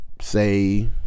say